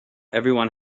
everyone